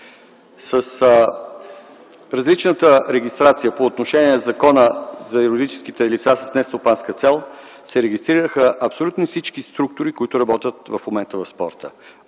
С различната регистрация по отношение на Закона за юридическите лица с нестопанска цел се регистрираха абсолютно всички структури, които работят в момента в спорта